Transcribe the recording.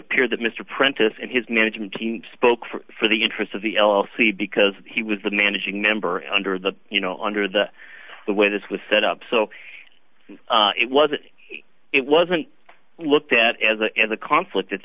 appears that mr prentice and his management team spoke for the interest of the l l c because he was the managing member under the you know under the the way this was set up so it wasn't it wasn't looked at as a as a conflict at